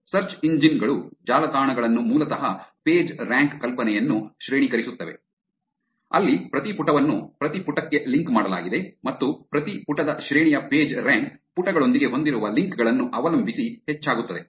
search engine ಗಳು ಜಾಲತಾಣಗಳನ್ನು ಮೂಲತಃ ಪೇಜ್ರ್ಯಾಂಕ್ ಕಲ್ಪನೆಯನ್ನು ಶ್ರೇಣೀಕರಿಸುತ್ತವೆ ಅಲ್ಲಿ ಪ್ರತಿ ಪುಟವನ್ನು ಪ್ರತಿ ಪುಟಕ್ಕೆ ಲಿಂಕ್ ಮಾಡಲಾಗಿದೆ ಮತ್ತು ಪ್ರತಿ ಪುಟದ ಶ್ರೇಣಿಯ ಪೇಜ್ರ್ಯಾಂಕ್ ಪುಟಗಳೊಂದಿಗೆ ಹೊಂದಿರುವ ಲಿಂಕ್ ಗಳನ್ನು ಅವಲಂಬಿಸಿ ಹೆಚ್ಚಾಗುತ್ತದೆ